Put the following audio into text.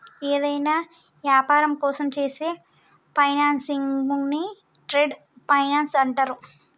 యేదైనా యాపారం కోసం చేసే ఫైనాన్సింగ్ను ట్రేడ్ ఫైనాన్స్ అంటరు